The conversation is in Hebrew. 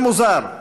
זה מוזר,